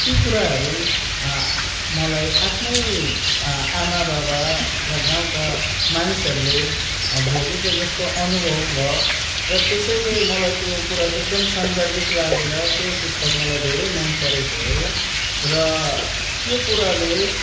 ती कुराहरू मलाई आफ्नै आमाबाबा र गाउँका मानिसहरूले भोगेको जस्तो अनुभव भयो र त्यसैले मलाई त्यो कुरा एकदम सान्दर्भिक लागेर त्यो पुस्तक मलाई धेरै मनपरेको हो र त्यो कुराले